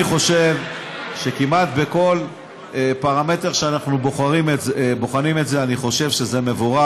אני חושב שכמעט בכל פרמטר שאנחנו בוחנים את זה זה מבורך,